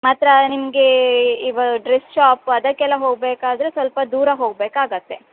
ಮಾತ್ರ ನಿಮಗೆ ಇವು ಡ್ರೆಸ್ ಶಾಪ್ ಅದಕ್ಕೆಲ್ಲ ಹೊಗಬೇಕಾದ್ರೆ ಸ್ವಲ್ಪ ದೂರ ಹೊಗ್ಬೇಕು ಆಗುತ್ತೆ